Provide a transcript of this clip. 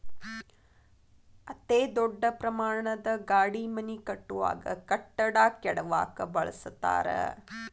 ಅತೇ ದೊಡ್ಡ ಪ್ರಮಾಣದ ಗಾಡಿ ಮನಿ ಕಟ್ಟುವಾಗ, ಕಟ್ಟಡಾ ಕೆಡವಾಕ ಬಳಸತಾರ